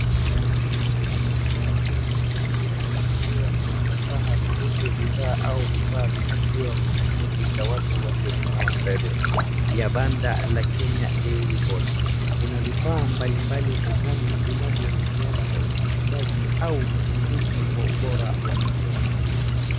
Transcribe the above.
Mhudumu amevaa koti jeupe akielezea kwa ufasaha kuhusu bidhaa au vifaa vya maziwa kwa kikundi cha watu waliosimama mbele ya banda la Kenya Dairy Board , kuna vifaa mbalimbali mezani vinavyohusiana na usindikaji au uchunguzi wa ubora wa maziwa.